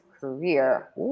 career